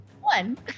one